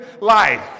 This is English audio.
life